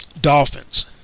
Dolphins